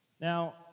Now